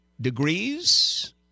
degrees